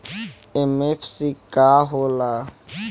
MFC का होला?